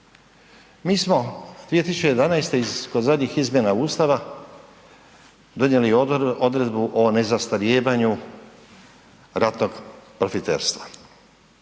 Mi smo 2011. kod zadnjih izmjena Ustava donijeli odredbu o nezastarijevanju ratnog profiterstva,